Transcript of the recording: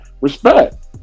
Respect